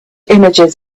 images